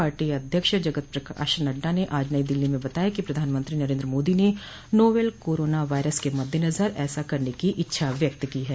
party अध्यक्ष जगत प्रकाश नड्डा ने आज नई दिल्ली में बताया कि प्रधानमंत्री नरेन्द्र मोदी ने नावल कोरोना वायरस के मद्देनजर ऐसा करने की इच्छा व्यक्त की है